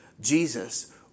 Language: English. Jesus